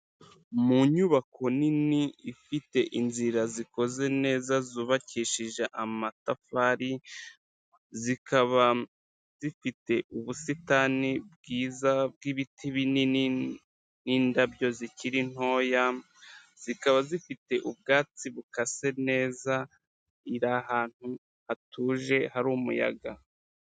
Mu nyubako nini ifite inzira zikoze neza zubakishije amatafari, zikaba zifite ubusitani bwiza bw'ibiti binini n'indabyo zikiri ntoya, zikaba zifite ubwatsi bukase neza, iri ahantu hatuje hari umuyaga.